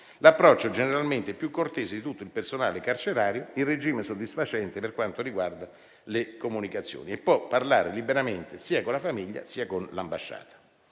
l'approccio generalmente più cortese di tutto il personale carcerario, in regime soddisfacente per quanto riguarda le comunicazioni, potendo parlare liberamente sia con la famiglia sia con l'ambasciata.